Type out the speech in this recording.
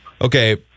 okay